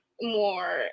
more